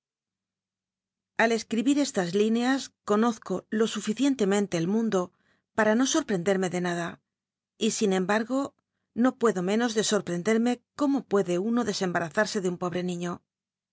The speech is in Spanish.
al escribir estas lineas conozco lo suficientemente el mundo pata no sorprenderme de nada y sin em bargo no puedo menos de sotprendcnm cómo puede uno clcscmbatazarse de un pobre nilío